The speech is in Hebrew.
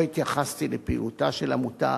לא התייחסתי לפעילותה של העמותה,